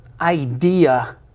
idea